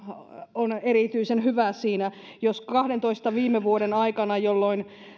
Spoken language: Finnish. on erityisen hyvä siinä jos kahdentoista viime vuoden aikana jolloin